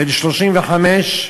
בן 35,